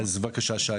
שי